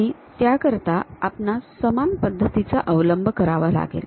आणि त्याकरिता आपणास समान पद्धतीचा अवलंब करावा लागेल